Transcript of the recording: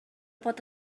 pot